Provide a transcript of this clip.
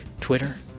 Twitter